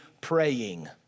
praying